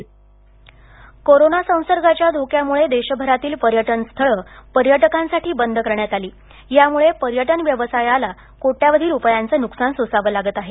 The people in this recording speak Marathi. औरंगाबाद पर्यटन कोरोना संसर्गाच्या धोक्यामुळे देशभरातील पर्यटनस्थळ पर्यटकांसाठी बंद करण्यात आली त्यामुळे पर्यटन व्यवसायाला कोट्यावधी रुपयांचं नुकसान सोसावं लागत आहे